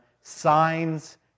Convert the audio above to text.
signs